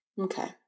Okay